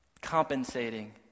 compensating